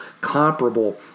comparable